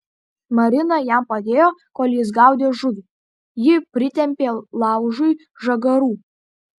marina jam padėjo kol jis gaudė žuvį ji pritempė laužui žagarų